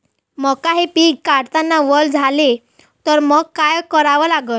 मका हे पिक काढतांना वल झाले तर मंग काय करावं लागन?